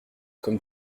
comme